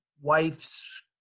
wife's